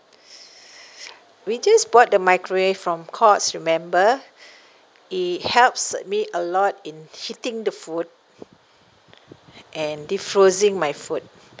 we just bought the microwave from courts remember it helps me a lot in heating the food and defrosting my food